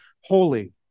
holy